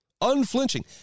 Unflinching